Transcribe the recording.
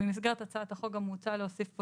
במסגרת הצעת החוק גם מוצע להוסיף פה